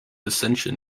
ascension